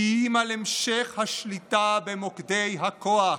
כי אם על המשך השליטה במוקדי הכוח,